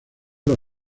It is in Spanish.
los